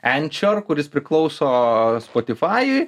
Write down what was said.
enčior kuris priklauso spotifajui